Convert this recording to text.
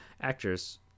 actors